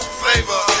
flavor